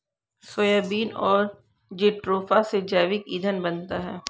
soybean और jatropha से जैविक ईंधन बनता है